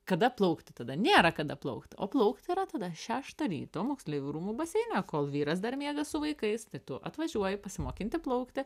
kada plaukt tada nėra kada plaukt o plaukt yra tada šeštą ryto moksleivių rūmų baseine kol vyras dar miega su vaikais tai tu atvažiuoji pasimokinti plaukti